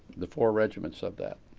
the four regiments of that,